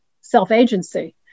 self-agency